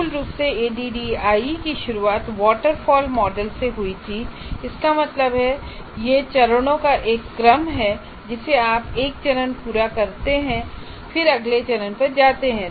मूल रूप से ADDIE की शुरुआत वाटरफॉल मॉडल से हुई थी इसका मतलब है यह चरणों का एक क्रम है जिसे आप एक चरण पूरा करते हैं और फिर अगले चरण पर जाते हैं